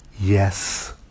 Yes